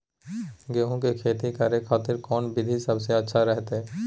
गेहूं के खेती करे खातिर कौन विधि सबसे अच्छा रहतय?